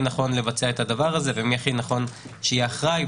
נכון לבצע את הדבר הזה ומי הכי נכון שיהיה אחראי,